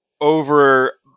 over